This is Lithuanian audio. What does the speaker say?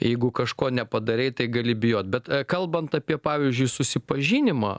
jeigu kažko nepadarei tai gali bijot bet kalbant apie pavyzdžiui susipažinimą